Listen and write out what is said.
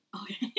Okay